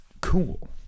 cool